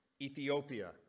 Ethiopia